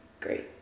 great